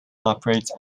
operate